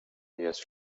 jest